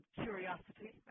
curiosity